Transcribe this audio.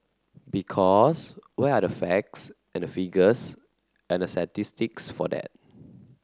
because where are the facts and the figures and the statistics for that